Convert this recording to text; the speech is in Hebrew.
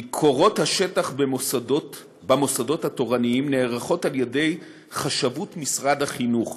ביקורות השטח במוסדות התורניים נערכות על-ידי חשבות משרד החינוך